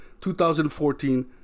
2014